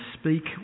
speak